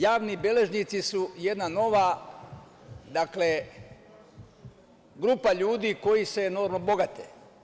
Javni beležnici su jedna nova, dakle, grupa ljudi koji se enormno bogate.